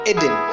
Eden